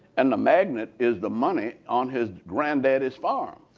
and the magnate is the money on his granddaddy's farm.